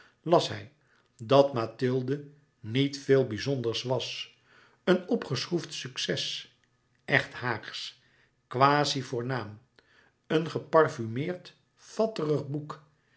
las hij dat mathilde niet veel bizonders was een opgeschroefd succes echt haagsch quasi voornaam een geparfumeerd fatterig boek